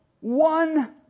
one